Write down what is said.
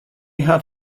hat